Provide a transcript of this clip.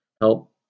help